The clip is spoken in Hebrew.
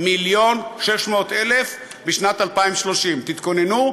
של 1.6 מיליון בשנת 2030. תתכוננו,